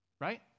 Right